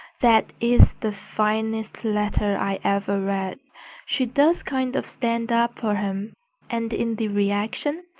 that is the finest letter i ever read she does kind of stand up for him and in the reaction,